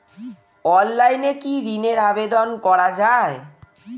অনলাইনে কি ঋনের আবেদন করা যায়?